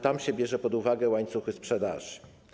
Tam się bierze pod uwagę łańcuchy sprzedaży.